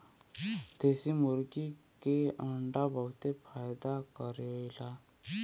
देशी मुर्गी के अंडा बहुते फायदा करेला